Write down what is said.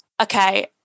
Okay